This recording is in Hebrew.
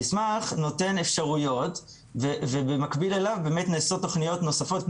המסמך נותן אפשרויות ובמקביל אליו באמת נעשות תוכניות נוספות,